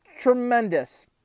Tremendous